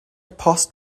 post